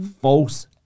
False